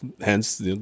Hence